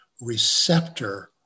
receptor